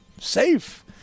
Safe